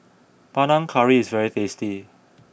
Panang Curry is very tasty